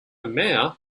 mayor